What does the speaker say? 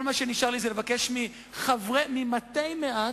כל מה שנשאר לי זה לבקש ממתי מעט,